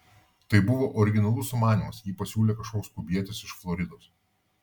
tai buvo originalus sumanymas jį pasiūlė kažkoks kubietis iš floridos